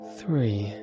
three